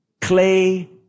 clay